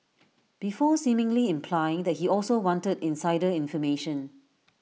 before seemingly implying that he also wanted insider information